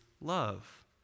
love